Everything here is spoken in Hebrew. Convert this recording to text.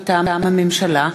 מטעם הממשלה: